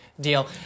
deal